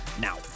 now